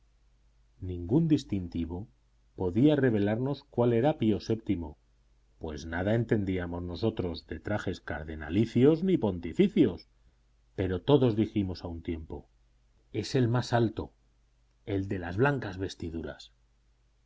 ningún distintivo podía revelarnos cuál era pío vii pues nada entendíamos nosotros de trajes cardenalicios ni pontificios pero todos dijimos a un tiempo es el más alto el de las blancas vestiduras